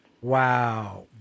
Wow